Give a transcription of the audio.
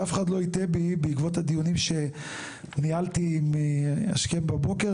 שאף אחד לא יטעה בי בעקבות הדיונים שניהלתי מהשכם בבוקר,